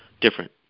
different